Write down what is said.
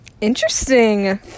Interesting